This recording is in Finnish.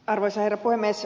arvoisa herra puhemies